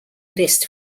list